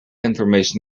information